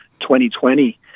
2020